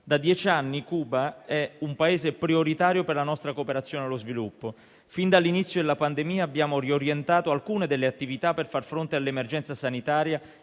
Da dieci anni, Cuba è un Paese prioritario per la nostra cooperazione allo sviluppo. Fin dall'inizio della pandemia, abbiamo riorientato alcune delle attività per far fronte all'emergenza sanitaria